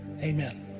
amen